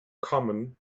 common